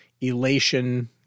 elation